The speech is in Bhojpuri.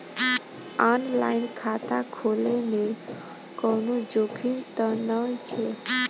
आन लाइन खाता खोले में कौनो जोखिम त नइखे?